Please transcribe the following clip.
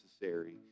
necessary